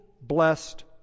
blessed